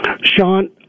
Sean